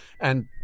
And